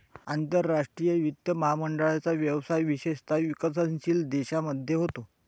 आंतरराष्ट्रीय वित्त महामंडळाचा व्यवसाय विशेषतः विकसनशील देशांमध्ये होतो